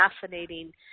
fascinating